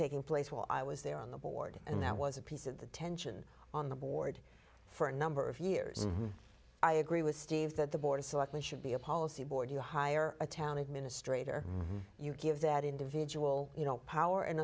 taking place while i was there on the board and that was a piece of the tension on the board for a number of years i agree with steve that the board of selectmen should be a policy board you hire a town administrator you give that individual you know power and